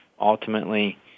Ultimately